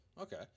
Okay